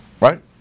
right